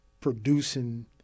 producing